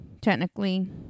technically